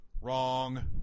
Wrong